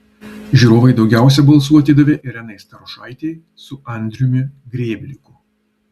žiūrovai daugiausiai balsų atidavė irenai starošaitei su andriumi grėbliku